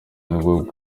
bwo